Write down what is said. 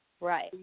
Right